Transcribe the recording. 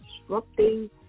disrupting